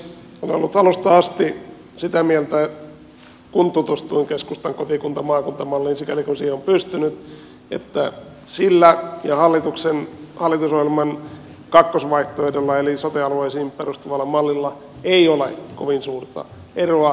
olen ollut alusta asti sitä mieltä kun tutustuin keskustan kotikuntamaakunta malliin sikäli kuin siihen on pystynyt että sillä ja hallitusohjelman kakkosvaihtoehdolla eli sote alueisiin perustuvalla mallilla ei ole kovin suurta eroa